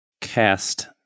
cast